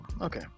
Okay